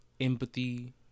empathy